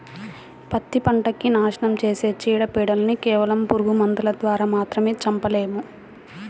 పత్తి పంటకి నాశనం చేసే చీడ, పీడలను కేవలం పురుగు మందుల ద్వారా మాత్రమే చంపలేము